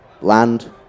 Land